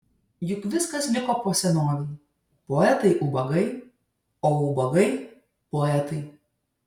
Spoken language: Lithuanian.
juk viskas liko po senovei poetai ubagai o ubagai poetai